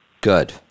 Good